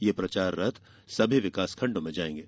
यह प्रचार रथ सभी विकास खण्डों में जायेंगे